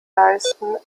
leisten